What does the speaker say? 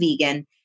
vegan